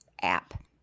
app